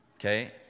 Okay